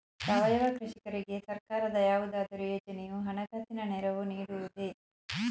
ಸಾವಯವ ಕೃಷಿಕರಿಗೆ ಸರ್ಕಾರದ ಯಾವುದಾದರು ಯೋಜನೆಯು ಹಣಕಾಸಿನ ನೆರವು ನೀಡುವುದೇ?